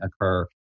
occur